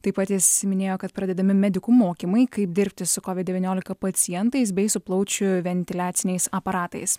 taip pat jis minėjo kad pradedami medikų mokymai kaip dirbti su covid devyniolika pacientais bei su plaučių ventiliaciniais aparatais